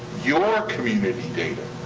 your community data,